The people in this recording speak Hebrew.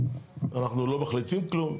אנחנו לא מחליטים כלום,